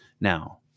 Now